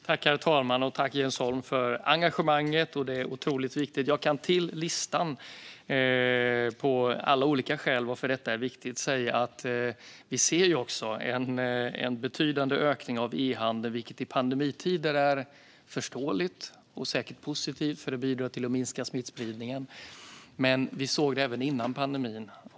Herr talman! Tack, Jens Holm, för engagemanget! Det är otroligt viktigt. Jag kan till listan på alla olika skäl till varför detta är viktigt säga att vi ser en betydande ökning av e-handeln, vilket i pandemitider är förståeligt och säkert positivt för att det bidrar till att minska smittspridningen, men vi såg det även innan pandemin.